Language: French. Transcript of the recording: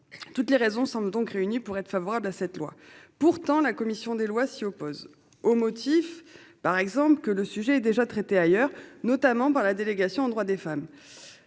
Toutes les raisons semblent donc réunis pour être favorable à cette loi, pourtant la commission des lois, s'y oppose au motif par exemple que le sujet déjà traité ailleurs notamment par la délégation aux droits des femmes.